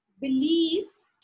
believes